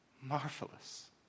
Marvelous